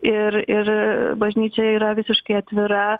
ir ir bažnyčia yra visiškai atvira